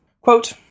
Quote